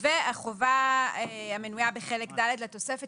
החובה המנויה בחלק ד' לתוספת,